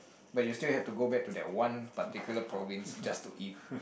but you still have to go back to that one particular province just to eat